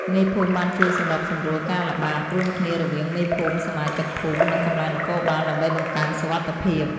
មេភូមិបានជួយសម្របសម្រួលការល្បាតរួមគ្នារវាងមេភូមិ សមាជិកភូមិ និងកម្លាំងនគរបាល ដើម្បីបង្កើនសុវត្ថិភាព។